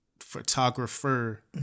photographer